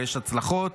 ויש הצלחות,